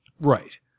Right